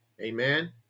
Amen